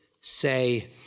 say